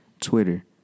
Twitter